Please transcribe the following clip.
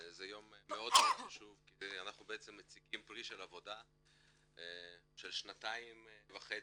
זה יום מאוד חשוב כי אנחנו מציגים פרי עבודה של שנתיים וחצי.